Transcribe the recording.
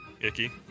icky